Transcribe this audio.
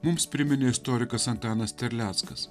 mums priminė istorikas antanas terleckas